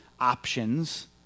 options